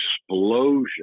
explosion